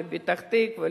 לפתח-תקווה,